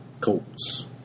Colts